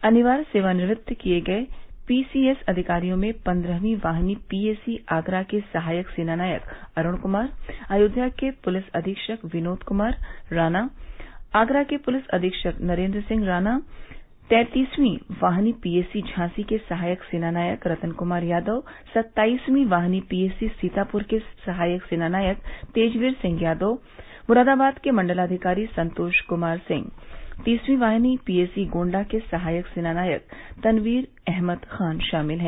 अनिवार्य सेवानिवृत्त किए गए पीपीएस अधिकारियों में पंद्रहवीं वाहिनी पीएसी आगरा के सहायक सेनानायक अरूण क्मार अयोध्या के पुलिस अधीक्षक विनोद क्मार राना आगरा के पुलिस अधीक्षक नरेंद्र सिंह राना तैंतीसवीं वाहिनी पीएसी झांसी के सहायक सेनानायक रतन कुमार यादव सत्ताइसवी वाहिनी पीएसी सीतापुर के सहायक सेनानायक तेजवीर सिंह यादव मुरादाबाद के मंडलाधिकारी संतोष कुमार सिंह तीसवीं वाहिनी पीएसी गोन्डा के सहायक सेनानायक तनवीर अहमद खां शामिल हैं